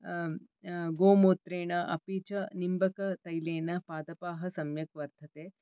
गोमूत्रेण अपि च निम्बकतैलेन पादपः सम्यक् वर्धते